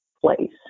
place